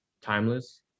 Timeless